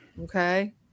Okay